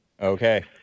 Okay